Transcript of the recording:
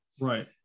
Right